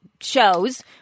shows